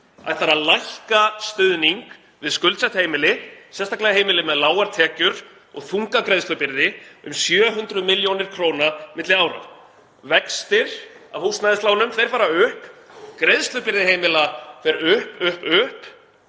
ætlar að lækka stuðning við skuldsett heimili, sérstaklega heimili með lágar tekjur og þunga greiðslubyrði, um 700 millj. kr. milli ára. Vextir af húsnæðislánum fara upp, greiðslubyrði heimila fer upp, upp, upp,